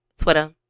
Twitter